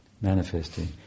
manifesting